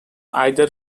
either